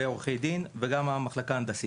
עורכי דין וגם המחלקה ההנדסית.